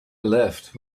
left